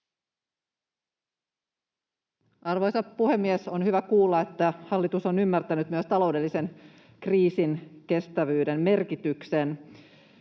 Arvoisa puhemies! On hyvä kuulla, että hallitus on ymmärtänyt myös taloudellisen kriisinkestävyyden merkityksen.